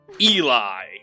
Eli